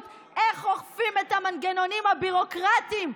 איך עוקפים את המנגנונים הביורוקרטיים,